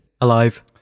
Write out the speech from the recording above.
Alive